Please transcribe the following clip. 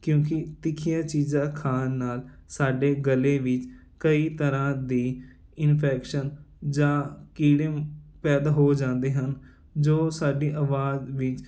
ਕਿਉਂਕਿ ਤਿੱਖੀਆਂ ਚੀਜ਼ਾਂ ਖਾਣ ਨਾਲ ਸਾਡੇ ਗਲੇ ਵਿੱਚ ਕਈ ਤਰ੍ਹਾਂ ਦੀ ਇਨਫੈਕਸ਼ਨ ਜਾਂ ਕੀੜੇ ਪੈਦਾ ਹੋ ਜਾਂਦੇ ਹਨ ਜੋ ਸਾਡੀ ਆਵਾਜ਼ ਵਿੱਚ